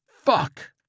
Fuck